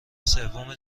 سوم